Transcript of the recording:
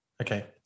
Okay